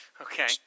Okay